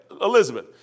Elizabeth